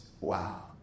Wow